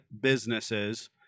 businesses